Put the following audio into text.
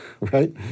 right